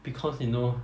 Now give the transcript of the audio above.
because you know